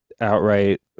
outright